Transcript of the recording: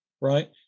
right